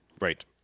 Right